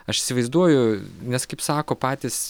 aš įsivaizduoju nes kaip sako patys